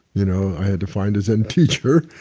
you know i had to find a zen teacher,